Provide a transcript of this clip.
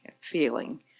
feeling